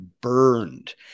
burned